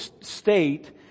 state